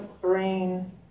brain